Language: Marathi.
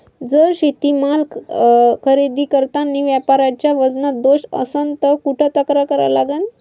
जर शेतीमाल खरेदी करतांनी व्यापाऱ्याच्या वजनात दोष असन त कुठ तक्रार करा लागन?